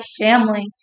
family